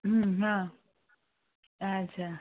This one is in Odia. ହୁଁ ହଁ ଆଚ୍ଛା